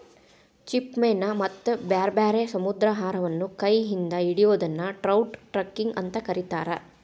ಚಿಪ್ಪುಮೇನ ಮತ್ತ ಬ್ಯಾರ್ಬ್ಯಾರೇ ಸಮುದ್ರಾಹಾರವನ್ನ ಕೈ ಇಂದ ಹಿಡಿಯೋದನ್ನ ಟ್ರೌಟ್ ಟಕ್ಲಿಂಗ್ ಅಂತ ಕರೇತಾರ